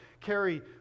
carry